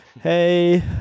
hey